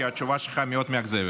כי התשובה שלך מאוד מאכזבת.